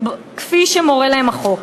כפי שמורה להם החוק,